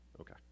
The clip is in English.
Okay